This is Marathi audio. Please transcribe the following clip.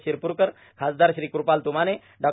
र्शिरपूरकर खासदार श्री कृपाल तुमाने डॉ